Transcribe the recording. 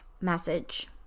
message